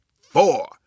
four